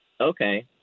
Okay